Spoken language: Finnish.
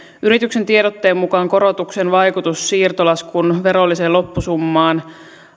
yrityksen tiedotteen mukaan korotuksen vaikutus siirtolaskun verolliseen loppusummaan